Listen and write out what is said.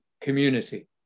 community